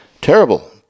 Terrible